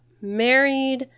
married